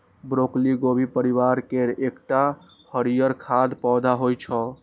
broccoli गोभी परिवार केर एकटा हरियर खाद्य पौधा होइ छै